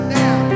now